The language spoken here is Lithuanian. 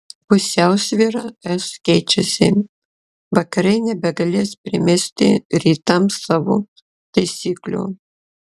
pusiausvyra es keičiasi vakarai nebegalės primesti rytams savo taisyklių